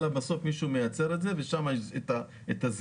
אלא בסוף מישהו מייצר את זה ושם יש את הזיהום.